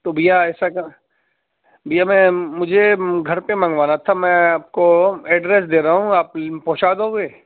تو بھیا ایسا بھیا میں مجھے گھر پہ منگوانا تھا میں آپ کو ایڈریس دے رہا ہوں آپ پہنچا دو گے